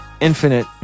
infinite